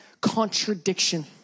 contradiction